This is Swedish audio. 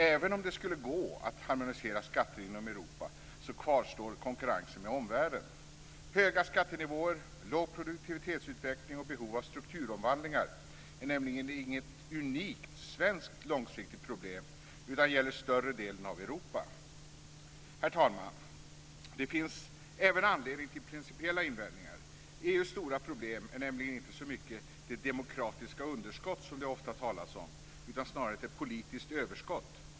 Även om det skulle gå att harmonisera skatter inom Europa kvarstår konkurrensen med omvärlden. Höga skattenivåer, låg produktivitetsutveckling och behov av strukturomvandlingar är nämligen inget unikt svenskt långsiktigt problem utan gäller större delen av Europa. Fru talman! Det finns även anledning till principiella invändningar. EU:s stora problem är nämligen inte så mycket det demokratiska underskott som det ofta talas om utan snarare ett politiskt överskott.